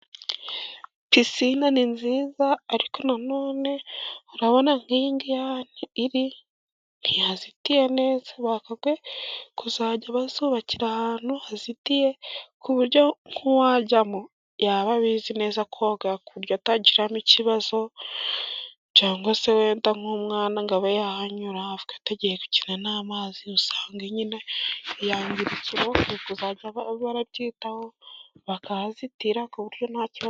Pisine ni nziza, ariko na none urabona nk'iyi ngiyi ahantu iri nti hazitiye neza, bagakwiye kuzajya bazubakira ahantu hazitiye, ku buryo nk'uwajya yaba abizi neza koga ku buryo atagiramo ikibazo cyangwa se wenda nk'umwana ngo aba yahanyura tugiye gukina n'amazi, usanga nyine iyangiritse boko barabyitaho bakahazitira ku buryo nta kibazo.